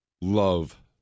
love